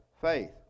faith